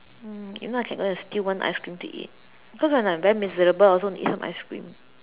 mm if not I can go and steal one ice cream to eat because when I'm very miserable I also want to eat some ice cream